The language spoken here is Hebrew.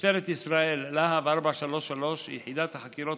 במשטרת ישראל, להב 433. יחידת החקירות